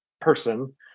person